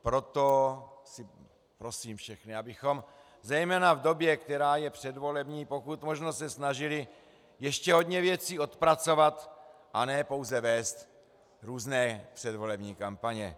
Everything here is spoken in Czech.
Proto prosím všechny, abychom zejména v době, která je předvolební, pokud možno se snažili ještě hodně věcí odpracovat, a ne pouze vést různé předvolební kampaně.